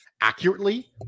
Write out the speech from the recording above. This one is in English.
accurately